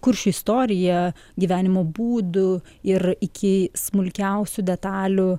kuršių istorija gyvenimo būdu ir iki smulkiausių detalių